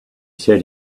said